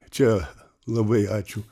čia labai ačiū